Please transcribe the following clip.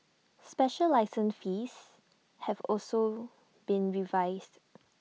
special license fees have also been revised